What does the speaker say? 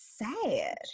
Sad